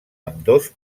ambdós